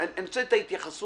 אני רוצה את ההתייחסות